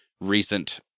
recent